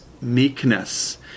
meekness